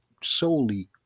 solely